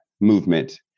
movement